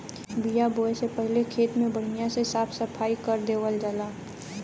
बिया बोये से पहिले खेत के बढ़िया से साफ सफाई कर देवल जाला